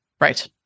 Right